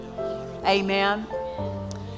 amen